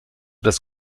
das